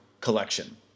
collection